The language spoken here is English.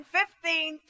fifteen